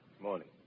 Morning